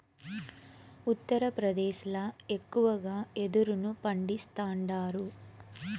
ఉత్తరప్రదేశ్ ల ఎక్కువగా యెదురును పండిస్తాండారు